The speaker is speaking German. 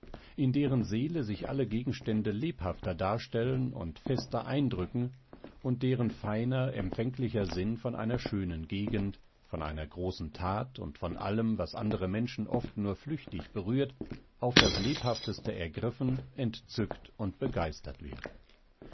in deren seele sich alle gegenstände lebhafter darstellen und fester eindrücken und deren feiner empfänglicher sinn von einer schönen gegend von einer großen that und von allem was andere menschen oft nur flüchtig berührt auf das lebhafteste ergriffen entzückt und begeistert wird